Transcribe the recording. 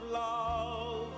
love